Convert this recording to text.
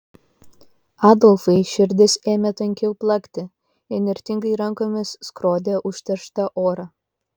adolfui širdis ėmė tankiau plakti įnirtingai rankomis skrodė užterštą orą